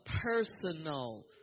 personal